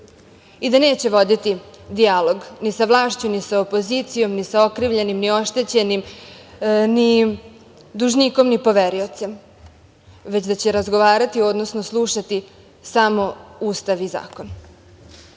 i da neće voditi dijalog ni sa vlašću, ni sa opozicijom, ni sa okrivljenim, ni sa oštećenim, ni dužnikom, ni poveriocem, već da će razgovarati, odnosno slušati samo Ustav i